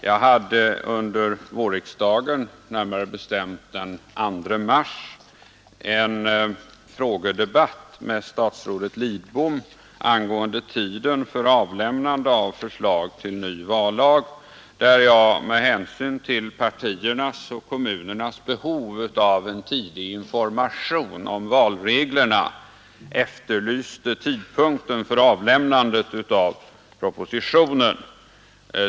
Jag hade under vårriksdagen, närmare bestämt den 2 mars, en frågedebatt med statsrådet Lidbom angående tiden för avlämnande av förslag till ny vallag, där jag med hänsyn till partiernas och kommunernas behov av tidig information om valreglerna efterlyste tidpunkten för avlämnandet av propositonen.